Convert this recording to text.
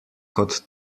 kot